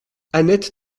annette